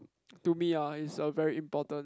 to me uh is a very important